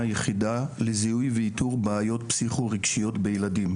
יחידה לזיהוי ואיתור בעיות פסיכו-רגשיות בילדים,